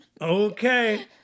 Okay